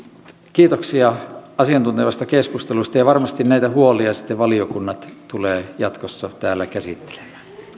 kiitoksia asiantuntevasta keskustelusta ja varmasti näitä huolia valiokunnat tulevat jatkossa täällä käsittelemään